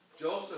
Joseph